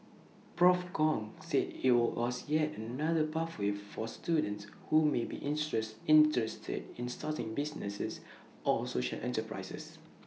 Prof Kong said IT were was yet another pathway for students who may be interest interested in starting businesses or social enterprises